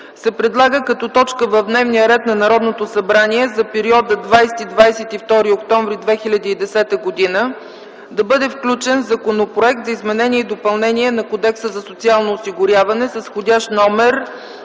се предлага като точка в дневния ред на Народното събрание за периода 20-22 октомври 2010 г. да бъде включен Законопроект за изменение и допълнение на Кодекса за социално осигуряване, вх. №